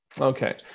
okay